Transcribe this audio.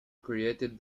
created